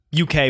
UK